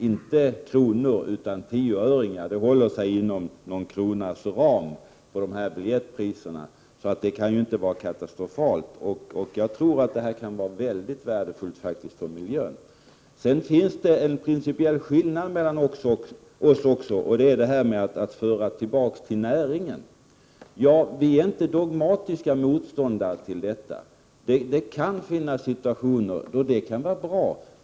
Det är fråga om tioöringar och inte kronor, och avgiften på biljettpriserna håller sig inom någon kronas ram, och det kan ju inte vara katastrofalt. Däremot tror jag att detta faktiskt kan vara mycket värdefullt för miljön. Det finns sedan också en principiell skillnad i uppfattning mellan Nic Grönvall och mig när det gäller frågan om att föra tillbaka medel till näringen. Vi i folkpartiet är inte dogmatiska motståndare till detta, för det kan finnas situationer då det kan vara bra.